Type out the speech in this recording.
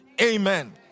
Amen